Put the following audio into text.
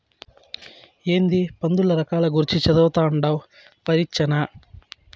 ఏందీ పందుల రకాల గూర్చి చదవతండావ్ పరీచ్చనా